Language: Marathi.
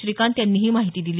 श्रीकांत यांनी ही माहिती दिली